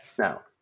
No